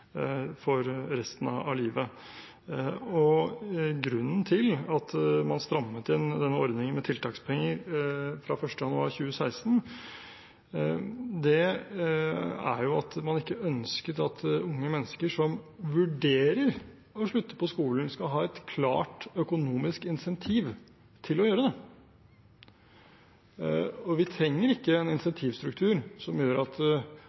for resten av livet. Grunnen til at man strammet inn denne ordningen med tiltakspenger fra 1. januar 2016, var at man ikke ønsker at unge mennesker som vurderer å slutte på skolen, skal ha et klart økonomisk insentiv til å gjøre det. Vi trenger ikke en insentivstruktur som gjør at